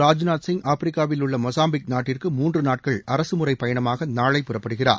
ராஜ்நாத் சிங் ஆப்பிரிக்காவில் உள்ள மொசாம்பிக் நாட்டிற்கு மூன்று நாட்கள் அரசுமுறைப் பயணமாக நாளை புறப்படுகிறார்